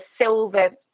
silver